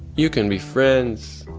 you can be friends,